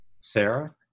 sarah